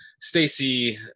Stacey